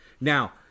Now